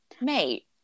mate